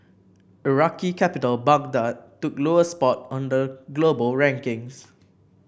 Iraqi capital Baghdad took lowest spot on the global rankings